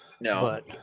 No